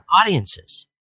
audiences